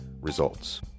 Results